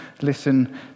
listen